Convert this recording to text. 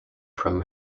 from